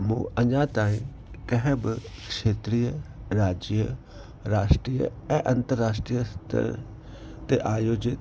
मूं अञा ताईं कंहिं बि खेत्रीय राज्य राष्ट्रीय ऐं अंतर्राष्ट्रीय ते आयोजित